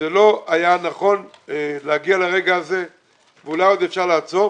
זה לא היה נכון להגיע לרגע הזה ואולי עוד אפשר לעצור.